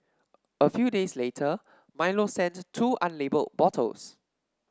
a few days later Milo sent two unlabelled bottles